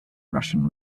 russian